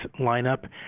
lineup